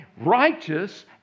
Righteous